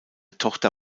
tochter